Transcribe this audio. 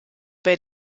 bei